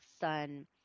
Sun